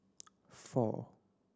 four